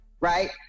right